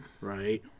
Right